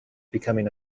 becoming